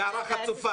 זאת הערה חצופה.